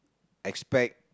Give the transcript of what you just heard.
expect